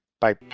Bye